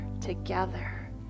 together